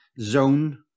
zone